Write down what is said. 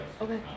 okay